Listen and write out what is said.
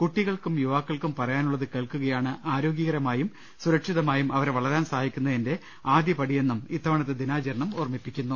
കുട്ടികൾക്കും യുവാക്കൾക്കും പറയാനുള്ളത് കേൾക്കുകയാണ് ആരോഗ്യകരമായും സുരക്ഷിതമായും അവരെ വളരാൻ സഹായിക്കുന്ന തിന്റെ ആദ്യപടിയെന്നും ഇത്തവണത്തെ ദിനാചരണം ഓർമ്മിപ്പിക്കുന്നു